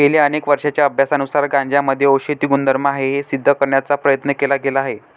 गेल्या अनेक वर्षांच्या अभ्यासानुसार गांजामध्ये औषधी गुणधर्म आहेत हे सिद्ध करण्याचा प्रयत्न केला गेला आहे